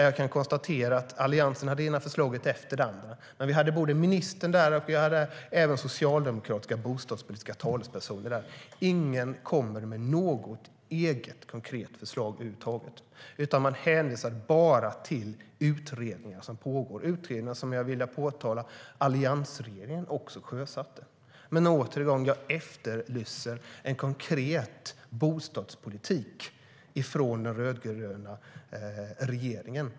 Jag kan konstatera att Alliansen hade det ena förslaget efter det andra. Ministern och även socialdemokratiska bostadspolitiska talespersoner var där. Ingen kom med något eget konkret förslag, utan man hänvisade bara till pågående utredningar - utredningar som jag vill påpeka att alliansregeringen sjösatte. Men återigen: Jag efterlyser en konkret bostadspolitik från den rödgröna regeringen.